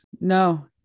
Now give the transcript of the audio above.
No